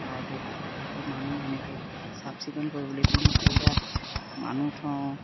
লাইটৰ পোহৰ আকৌ মানুহ সেনেকে চাফ চিকুণ কৰিবলে তিনি চাৰিটা মানুহ থওঁ